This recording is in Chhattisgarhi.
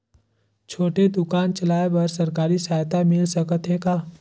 छोटे दुकान चलाय बर सरकारी सहायता मिल सकत हे का?